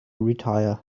retire